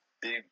big